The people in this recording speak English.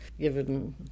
given